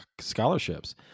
scholarships